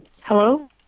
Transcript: hello